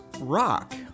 rock